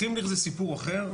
כימניר זה סיפור אחר,